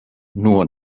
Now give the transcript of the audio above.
nur